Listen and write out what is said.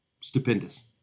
stupendous